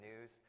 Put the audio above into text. news